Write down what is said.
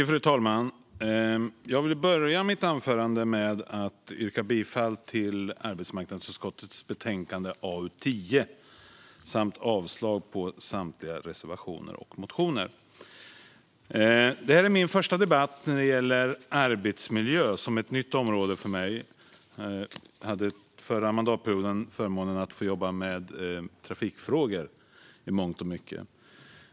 Fru talman! Jag vill börja mitt anförande med att yrka bifall till utskottets förslag i arbetsmarknadsutskottets betänkande AU10 samt avslag på samtliga reservationer och motioner. Detta är min första debatt när det gäller arbetsmiljö. Det är ett nytt område för mig. Jag hade under förra mandatperioden förmånen att i mångt och mycket få jobba med trafikfrågor.